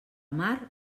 mar